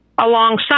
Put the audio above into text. alongside